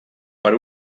per